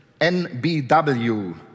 NBW